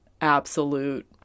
absolute